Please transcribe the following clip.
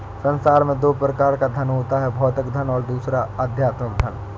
संसार में दो प्रकार का धन होता है भौतिक धन और दूसरा आध्यात्मिक धन